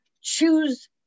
Choose